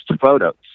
photos